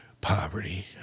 poverty